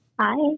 Hi